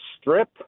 strip